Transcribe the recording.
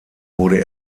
wurde